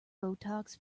botox